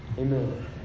Amen